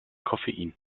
koffein